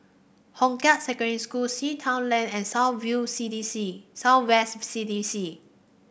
Hong Kah Secondary School Sea Town Lane and South View C D C South West C D C